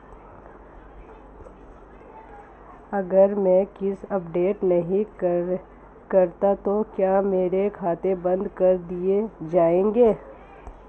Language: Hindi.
अगर मैं के.वाई.सी अपडेट नहीं करता तो क्या मेरा खाता बंद कर दिया जाएगा?